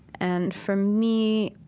and for me,